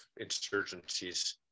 insurgencies